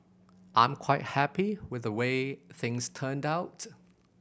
I'm quite happy with the way things turned outs